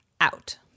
out